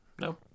No